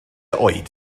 oed